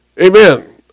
Amen